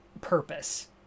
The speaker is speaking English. purpose